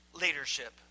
leadership